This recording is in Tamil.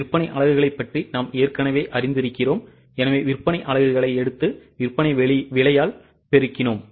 விற்பனை அலகுகளைப் பற்றி நாம் ஏற்கனவே அறிந்திருக்கிறோம் எனவே விற்பனை அலகுகளை எடுத்து விற்பனை விலையால் பெருக்கினோம்